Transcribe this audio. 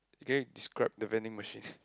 can you describe the vending machine